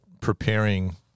preparing